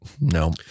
no